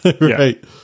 right